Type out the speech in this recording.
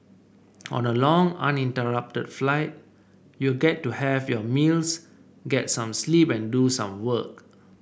on a long uninterrupted flight you get to have your meals get some sleep and do some work